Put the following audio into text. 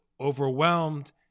overwhelmed